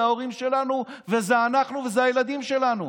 זה ההורים שלנו וזה אנחנו וזה הילדים שלנו.